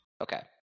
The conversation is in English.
Okay